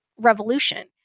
Revolution